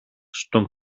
στον